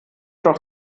doch